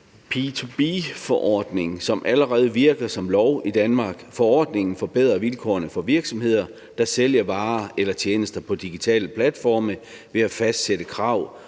P2B-forordning, som allerede virker som lov i Danmark. Forordningen forbedrer vilkårene for virksomheder, der sælger varer eller tjenester på de digitale platforme, ved at fastsætte krav